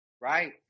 right